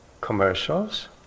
commercials